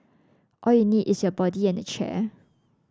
all you need is your body and a chair